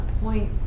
point